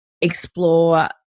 explore